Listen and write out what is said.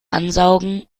ansaugen